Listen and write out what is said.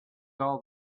all